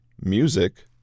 music